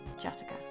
Jessica